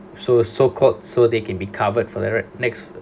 so so called so they can be covered for the rest next